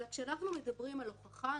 אלא כשאנחנו מדברים על הוכחה,